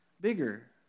bigger